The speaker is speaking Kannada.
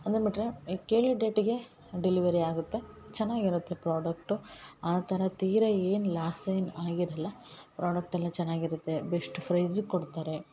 ಅದನ್ನ ಬಿಟ್ಟರೆ ಏ ಕೇಳಿದ ಡೇಟ್ಗೆ ಡೆಲಿವೆರಿ ಆಗತ್ತೆ ಚೆನ್ನಾಗಿರತ್ತೆ ಪ್ರಾಡಕ್ಟು ಆ ಥರ ತೀರ ಏನು ಲಾಸ್ ಏನು ಆಗಿರಲ್ಲ ಪ್ರಾಡಕ್ಟೆಲ್ಲ ಚೆನ್ನಾಗಿರತ್ತೆ ಬೆಸ್ಟ್ ಪ್ರೈಸ್ಗೆ ಕೊಡ್ತಾರೆ